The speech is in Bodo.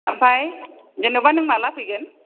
ओमफ्राय जेनेबा नों माब्ला फैगोन